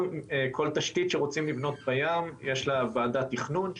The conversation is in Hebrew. גם כל תשתית שרוצים לבנות בים יש לה ועדת תכנון,